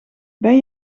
ben